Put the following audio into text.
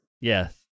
Yes